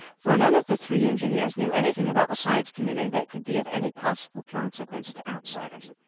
for none of the three engineers knew anything about the science community that could be of any possible consequence to outsiders.